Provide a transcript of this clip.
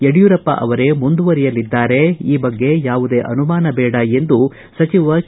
ಯಡಿಯೂರಪ್ಪ ಅವರೇ ಮುಂದುವರೆಯಲಿದ್ದಾರೆ ಈ ಬಗ್ಗೆ ಯಾವುದೇ ಅನುಮಾನ ಬೇಡ ಎಂದು ಸಚಿವ ಕೆ